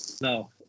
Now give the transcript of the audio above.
No